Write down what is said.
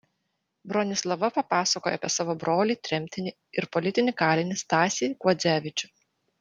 bronislava papasakojo apie savo brolį tremtinį ir politinį kalinį stasį kuodzevičių